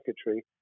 secretary